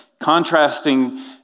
contrasting